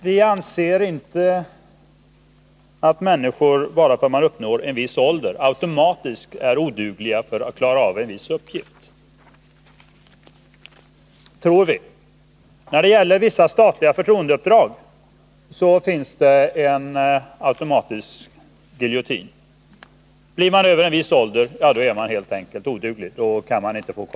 Vi anser inte att människor bara för att de uppnår en viss ålder automatiskt är odugliga att klara av en viss uppgift. När det gäller vissa statliga förtroendeuppdrag finns det emellertid en automatisk giljotin. Blir man över en viss ålder, då är man helt enkelt oduglig, då kommer man inte i fråga.